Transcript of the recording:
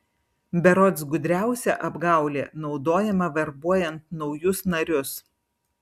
berods gudriausia apgaulė naudojama verbuojant naujus narius